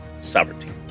Sovereignty